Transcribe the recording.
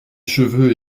cheveux